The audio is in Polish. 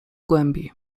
głębi